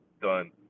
done